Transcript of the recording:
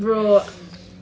bro